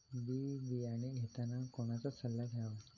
बी बियाणे घेताना कोणाचा सल्ला घ्यावा?